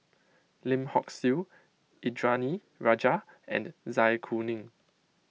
Lim Hock Siew Indranee Rajah and Zai Kuning